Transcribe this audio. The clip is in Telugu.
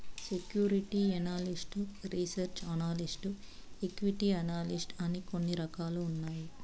security analyst research analyst equity analyst అని కొన్ని రకాలు ఉన్నాయి